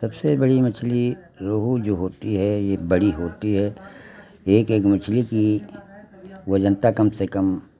सबसे बड़ी मछली रोहू जो होती है ये बड़ी होती है एक एक मछली की वजनता कम से कम